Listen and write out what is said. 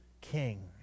king